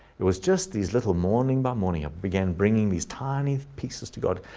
it was just these little morning by morning ah began bringing these tiny pieces to god.